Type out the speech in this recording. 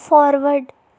forward